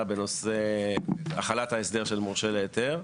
בנושא החלת ההסדר של מורשה להיתר.